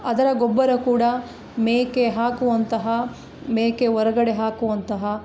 ಅದರ ಗೊಬ್ಬರ ಕೂಡ ಮೇಕೆ ಹಾಕುವಂತಹ ಮೇಕೆ ಹೊರ್ಗಡೆ ಹಾಕುವಂತಹ